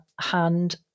hand